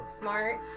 smart